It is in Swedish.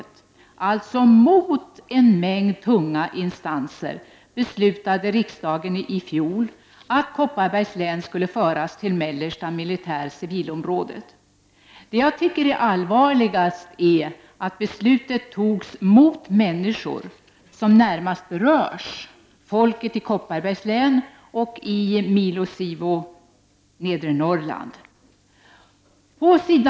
Mot en stor minoritet i riksdagen och mot en mängd tunga instanser beslutade riksdagen i fjol att Kopparbergs län skulle föras till Mellersta militärområdet civo!